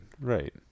right